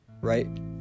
right